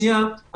זה יהיה ממוקד.